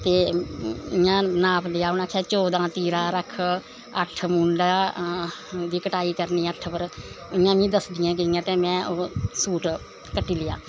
ते इयां नाप लेआ उनें आक्खेआ चौदां तीरा रक्ख अट्ठ म्हूडे दी कटाई करनी अट्ठ पर ते इयां ओह् दसदियां गेइयां ते में ओह् सूट कट्टी लेआ